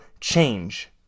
change